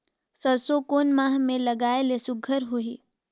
सरसो कोन माह मे लगाय ले सुघ्घर होही?